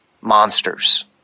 monsters